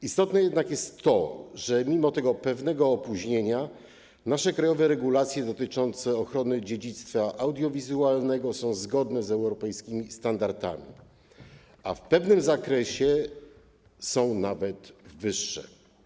Istotne jednak jest to, że mimo pewnego opóźnienia nasze krajowe regulacje dotyczące ochrony dziedzictwa audiowizualnego są zgodne z europejskimi standardami, a w pewnym zakresie są nawet wyższe.